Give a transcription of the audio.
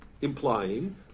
implying